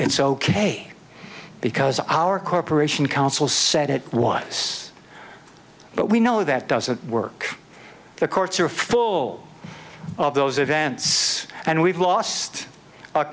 it's ok because of our corporation counsel said it was but we know that doesn't work the courts are full of those events and we've lost